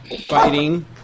fighting